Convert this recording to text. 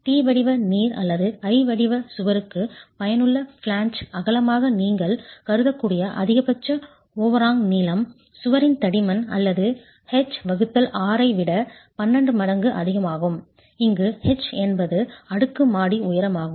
T வடிவ நீர் அல்லது I வடிவ சுவருக்கு பயனுள்ள ஃபிளாஞ்ச் அகலமாக நீங்கள் கருதக்கூடிய அதிகபட்ச ஓவர்ஹாங் நீளம் சுவரின் தடிமன் அல்லது H6 ஐ விட 12 மடங்கு அதிகமாகும் இங்கு H என்பது அடுக்கு மாடி உயரம் ஆகும்